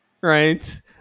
Right